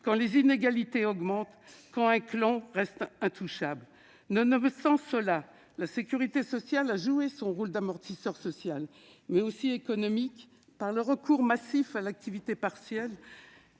quand les inégalités augmentent, quand un clan reste intouchable. Malgré cela, la sécurité sociale a joué son rôle d'amortisseur social, mais aussi économique, par le recours massif à l'activité partielle